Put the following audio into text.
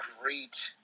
great